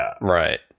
Right